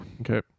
okay